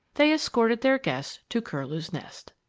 they escorted their guest to curlew's nest!